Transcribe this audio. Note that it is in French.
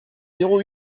zéro